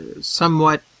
somewhat